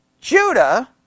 Judah